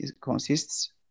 consists